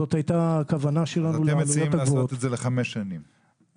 זאת הייתה הכוונה שלנו --- אז אתם מציעים לעשות את זה לחמש שנים.